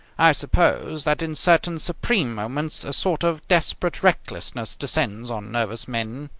i suppose that in certain supreme moments a sort of desperate recklessness descends on nervous men.